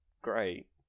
Great